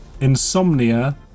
insomnia